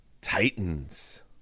Titans